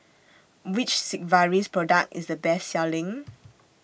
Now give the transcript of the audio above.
Which Sigvaris Product IS The Best Selling